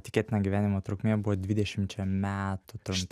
tikėtina gyvenimo trukmė buvo dvidešimčia metų trumpe